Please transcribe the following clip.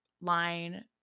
line